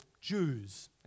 Jews